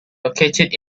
located